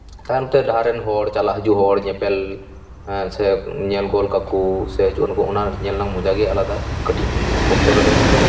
ᱛᱟᱭᱚᱢ ᱛᱮ ᱰᱟᱦᱟᱨ ᱨᱮᱱ ᱦᱚᱲ ᱪᱟᱞᱟᱜ ᱦᱤᱡᱩᱜ ᱦᱚᱲ ᱧᱮᱯᱮᱞ ᱥᱮ ᱧᱮᱞ ᱜᱚᱫ ᱠᱟᱠᱚ ᱥᱮ ᱩᱱᱠᱩ ᱚᱱᱟ ᱧᱮᱞ ᱨᱮᱱᱟᱝ ᱢᱚᱡᱟ ᱜᱮ ᱟᱞᱟᱫᱟ ᱠᱟᱹᱴᱤᱡ ᱚᱠᱛᱚ ᱨᱮᱫᱚ